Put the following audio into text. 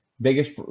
biggest